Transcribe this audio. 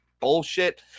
bullshit